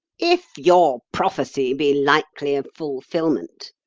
if your prophecy be likely of fulfilment,